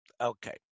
Okay